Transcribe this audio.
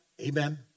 Amen